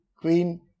queen